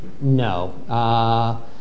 no